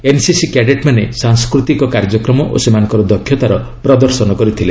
NCC କ୍ୟାଡେଟ୍ମାନେ ସାଂସ୍କୃତିକ କାର୍ଯ୍ୟକ୍ରମ ଓ ସେମାନଙ୍କର ଦକ୍ଷତାର ପ୍ରଦର୍ଶନ କରିଥିଲେ